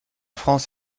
france